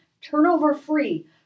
turnover-free